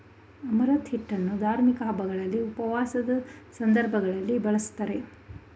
amaranth ಹಿಟ್ಟನ್ನು ಧಾರ್ಮಿಕ ಹಬ್ಬಗಳಲ್ಲಿ, ಉಪವಾಸದ ಸಂದರ್ಭಗಳಲ್ಲಿ ಬಳ್ಸತ್ತರೆ